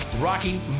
Rocky